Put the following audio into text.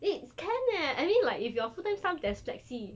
it's can leh I mean like if you're full time staff there's flexi